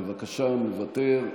מוותר.